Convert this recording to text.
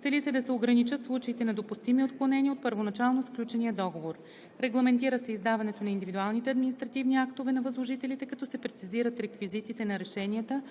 Цели се да се ограничат случаите на допустими отклонения от първоначално сключения договор. Регламентира се издаването на индивидуалните административни актове на възложителите, като се прецизират реквизитите на решенията,